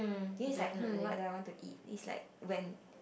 then is like hmm what do I want to eat is like when